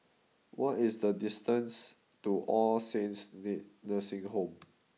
what is the distance to All Saints knee Nursing Home